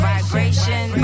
Vibration